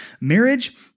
Marriage